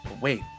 Wait